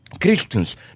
Christians